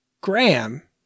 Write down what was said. Graham